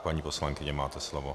Paní poslankyně, máte slovo.